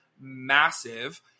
massive